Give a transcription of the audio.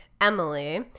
Emily